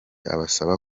abasaba